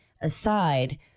aside